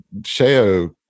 Sheo